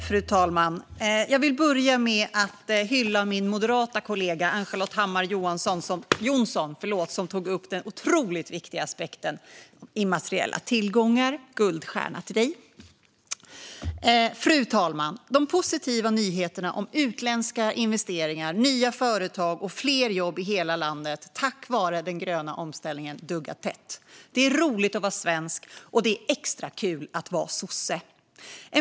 Fru talman! Jag vill börja med att hylla min moderata kollega Ann-Charlotte Hammar Johnsson, som tog upp den otroligt viktiga aspekten immateriella tillgångar. Guldstjärna till dig! Fru talman! De positiva nyheterna om utländska investeringar, nya företag och fler jobb i hela landet tack vare den gröna omställningen duggar tätt. Det är roligt att vara svensk, och det är extra kul att vara sosse.